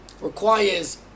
requires